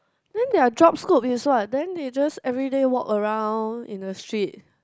then their job scope is what then they just everyday walk around in the street